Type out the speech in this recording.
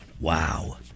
Wow